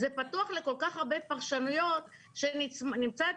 זה פתוח לכל כך הרבה פרשנויות שנמצא את